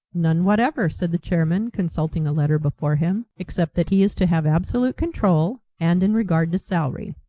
none whatever, said the chairman, consulting a letter before him, except that he is to have absolute control, and in regard to salary.